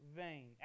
vein